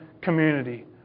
community